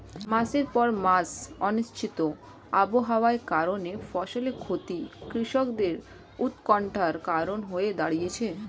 মাসের পর মাস অনিশ্চিত আবহাওয়ার কারণে ফসলের ক্ষতি কৃষকদের উৎকন্ঠার কারণ হয়ে দাঁড়িয়েছে